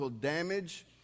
damage